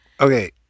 Okay